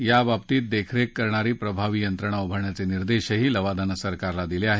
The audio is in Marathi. याबाबतीत देखरेख करणारी प्रभावी यंत्रणा उभारण्याचे निर्देशही लवादानं सरकारला दिले आहेत